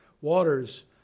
Waters